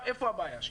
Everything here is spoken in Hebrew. איפה הבעיה שלי?